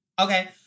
Okay